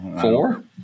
four